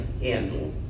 handle